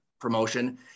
promotion